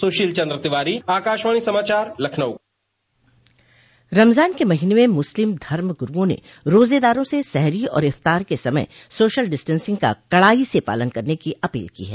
सुशील चंद्र तिवारी आकाशवाणी समाचार लखनऊ रमजान के महीने में मुस्लिम धर्म गुरूओं ने रोजेदारों से सहरी और इफ्तार के समय सोशल डिस्टेंसिंग का कड़ाई से पालन करने की अपील की है